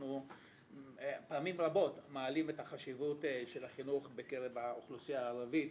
אנחנו פעמים רבות מעלים את החשיבות של החינוך בקרב האוכלוסייה הערבית,